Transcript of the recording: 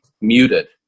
muted